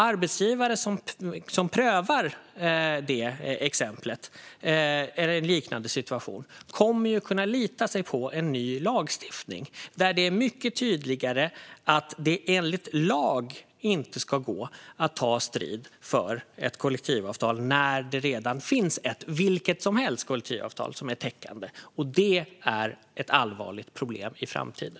Arbetsgivare som prövar en liknande situation kommer att kunna luta sig mot en lagstiftning där det är mycket tydligare att det enligt lag inte ska gå att ta strid för ett kollektivavtal när det redan finns ett kollektivavtal, vilket som helst, som är täckande. Det blir ett allvarligt problem i framtiden.